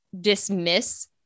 dismiss